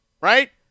right –